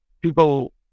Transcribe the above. people